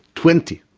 twenty.